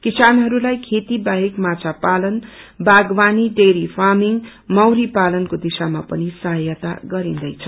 किसानहरूलाई खेती बाहेक माछा पालन बागवानी डाईरी फारमिंङ मौरी पालनको दिशामा पनि सहायता गरिन्दैछ